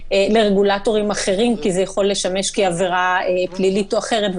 לרגולטורים אחרים כי זה יכול לשמש כעבירה פלילית או אחרת.